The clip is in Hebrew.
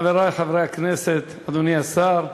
חברי חברי הכנסת, אדוני השר,